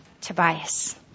Tobias